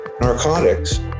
narcotics